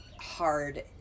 hard